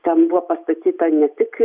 ten buvo pastatyta ne tik